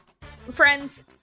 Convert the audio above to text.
Friends